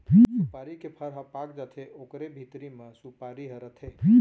सुपारी के फर ह पाक जाथे ओकरे भीतरी म सुपारी ह रथे